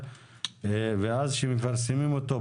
כשנפרסם אותו,